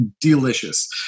delicious